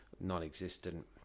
non-existent